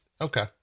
okay